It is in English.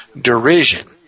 derision